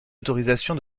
autorisation